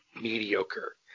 mediocre